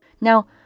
Now